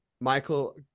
michael